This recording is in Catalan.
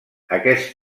aquest